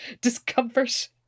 discomfort